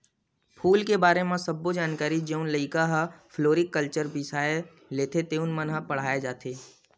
फूल के बारे म सब्बो जानकारी जउन लइका ह फ्लोरिकलचर बिसय लेथे तउन मन ल पड़हाय जाथे